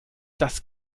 das